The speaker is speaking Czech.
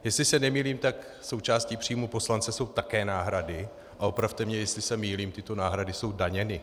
Jestli se nemýlím, tak součástí příjmu poslance jsou také náhrady opravte mě, jestli se mýlím tyto náhrady jsou daněny.